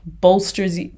bolsters